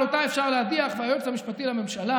אבל אותה אפשר להדיח, והיועץ המשפטי לממשלה,